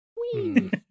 Wee